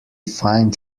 find